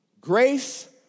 Grace